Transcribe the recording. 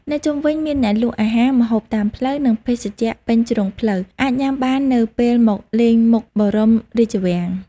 នៅជុំវិញមានអ្នកលក់អាហារ ម្ហូបតាមផ្លូវ និងភេសជ្ជៈពេញជ្រុងផ្លូវ អាចញ៉ាំបាននៅពេលមកលេងមុខបរមរាជវាំង។